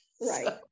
right